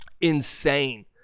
insane